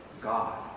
God